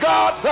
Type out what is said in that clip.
God